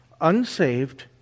unsaved